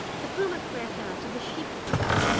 the puma crept out to the sheep-fold,